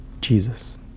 Jesus